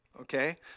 Okay